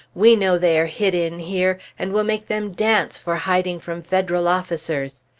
we know they are hid in here, and we'll make them dance for hiding from federal officers!